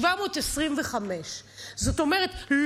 725. זאת אומרת,